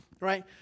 right